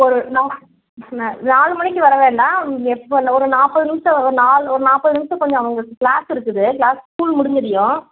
ஒரு நா ந நாலு மணிக்கு வர வேண்டாம் எப்போ ஒரு நாற்பது நிமிஷம் ஒரு நால் ஒரு நாற்பது நிமிஷம் கொஞ்சம் அவங்களுக்கு க்ளாஸ் இருக்குது க்ளாஸ் ஸ்கூல் முடிஞ்சுலியும்